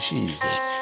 Jesus